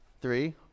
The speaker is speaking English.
three